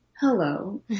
Hello